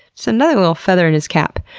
that's another little feather in his cap.